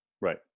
right